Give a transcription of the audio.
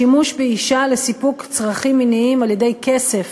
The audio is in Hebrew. שימוש באישה לסיפוק צרכים מיניים על-ידי כסף,